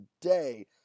today